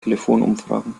telefonumfragen